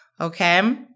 Okay